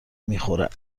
میخورم